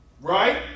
Right